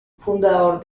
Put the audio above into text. fundador